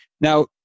Now